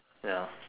ya